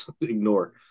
Ignore